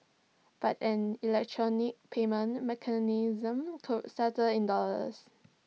but an electronic payment mechanism could settle in dollars